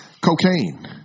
Cocaine